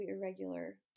irregular